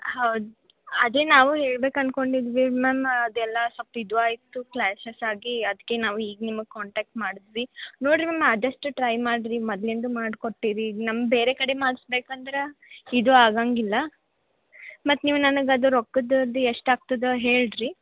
ಹೌದು ಅದೇ ನಾವು ಹೇಳ್ಬೇಕು ಅಂದ್ಕೊಂಡಿದ್ವಿ ಮ್ಯಾಮ್ ಅದೆಲ್ಲ ಸ್ವಲ್ಪ ಇದು ಆಯಿತು ಕ್ಲಾಶಸ್ ಆಗಿ ಅದಕ್ಕೆ ನಾವು ಈಗ ನಿಮಗೆ ಕಾಂಟಾಕ್ಟ್ ಮಾಡಿದ್ವಿ ನೋಡಿರಿ ಮ್ಯಾಮ್ ಆದಷ್ಟು ಟ್ರೈ ಮಾಡಿರಿ ಮೊದ್ಲಿಂದು ಮಾಡಿ ಕೊಟ್ಟಿದ್ರಿ ಈಗ ನಮ್ಗೆ ಬೇರೆ ಕಡೆ ಮಾಡ್ಸ್ಬೇಕಂದ್ರೆ ಇದು ಆಗೋಂಗಿಲ್ಲ ಮತ್ತು ನೀವು ನನಗೆ ಅದು ರೊಕ್ಕದ ಅದು ಎಷ್ಟು ಆಗ್ತದೆ ಹೇಳಿರಿ